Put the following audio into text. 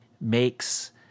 makes